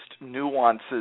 nuances